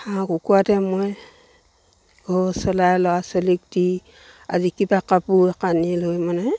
হাঁহ কুকুৰাতে মই ঘৰ চলাই ল'ৰা ছোৱালীক দি আজি কিবা কাপোৰ কানি লৈ মানে